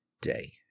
day